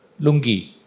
lungi